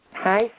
Hi